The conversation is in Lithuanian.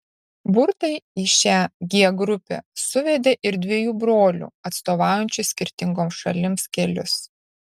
burtai į šią g grupę suvedė ir dviejų brolių atstovaujančių skirtingoms šalims kelius